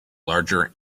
larger